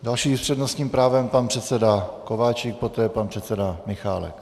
Další s přednostním právem, pan předseda Kováčik, poté pan předseda Michálek.